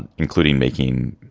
and including making,